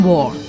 War